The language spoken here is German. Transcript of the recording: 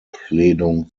ablehnung